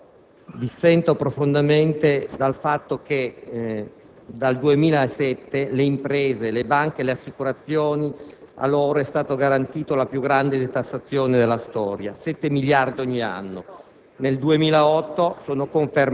Signor Presidente, il passaggio alla Camera dei provvedimenti finanziari ed il loro ritorno al Senato non ha mutato il giudizio che ho su questa manovra economica.